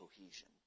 cohesion